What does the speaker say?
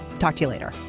talk to you later